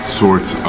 sorts